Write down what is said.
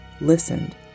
listened